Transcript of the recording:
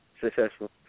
successful